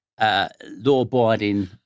law-abiding